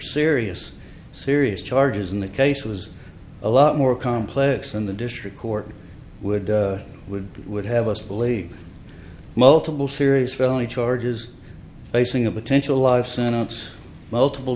serious serious charges in that case was a lot more complex than the district court would would would have us believe multiple serious felony charges facing a potential life sentence multiple